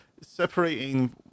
separating